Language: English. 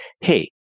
hey